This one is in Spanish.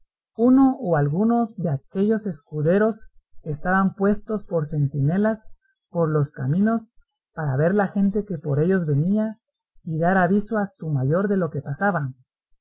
uno o algunos de aquellos escuderos que estaban puestos por centinelas por los caminos para ver la gente que por ellos venía y dar aviso a su mayor de lo que pasaba